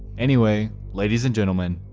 anyway, ladies and gentlemen,